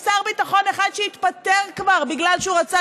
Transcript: יש שר ביטחון אחד שהתפטר כבר בגלל שהוא רצה